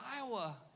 Iowa